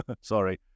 sorry